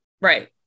Right